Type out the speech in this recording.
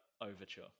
overture